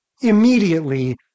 immediately